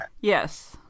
Yes